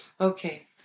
Okay